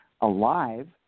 alive